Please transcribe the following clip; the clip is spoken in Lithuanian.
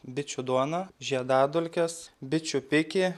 bičių duoną žiedadulkes bičių pikį